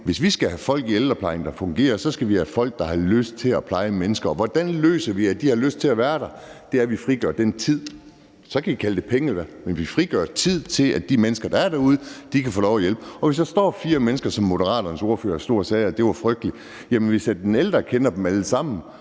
hvis vi skal have folk i ældreplejen, så det fungerer, skal vi have folk, der har lyst til at pleje mennesker. Og hvordan sørger vi for, at de har lyst til at være der? Det gør vi, ved at vi frigør den tid. Så kan man snakke om penge, men vi frigør tid til, at de mennesker, der er derude, kan få lov at hjælpe. Så kan man få fire mennesker, som Moderaternes ordfører stod og sagde var frygteligt, men hvis den ældre kender dem alle sammen